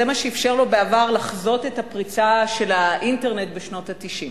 זה מה שאפשר לו בעבר לחזות את הפריצה של האינטרנט בשנות ה-90,